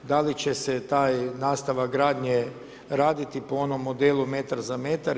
Da li će se taj nastavka gradnje, raditi po onom modelu metar za metar.